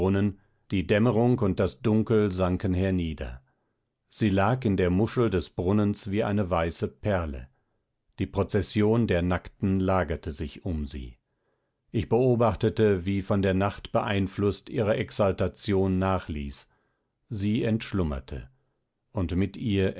die dämmerung und das dunkel sanken hernieder sie lag in der muschel des brunnens wie eine weiße perle die prozession der nackten lagerte sich um sie ich beobachtete wie von der nacht beeinflußt ihre exaltation nachließ sie entschlummerte und mit ihr